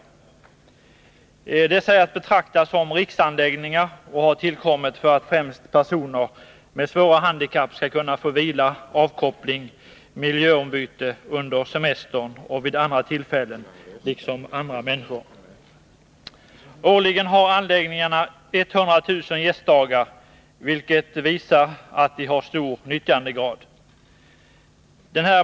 Anläggningarna är att betrakta som riksanläggningar och har tillkommit för att främst personer med svåra handikapp liksom andra människor skall kunna få vila, avkoppling och miljöombyte under semestern och vid andra tillfällen. Årligen har anläggningarna 100 000 gästdagar, vilket visar att de har hög nyttjandegrad.